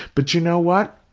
but you know what?